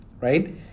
right